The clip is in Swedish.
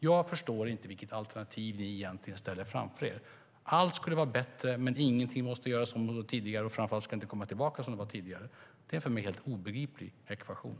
Jag förstår inte vilket alternativ ni egentligen ställer framför er. Allt skulle vara bättre, men ingenting måste göras om mot tidigare. Framför allt ska det inte gå tillbaka till hur det var tidigare. Det är en för mig helt obegriplig ekvation.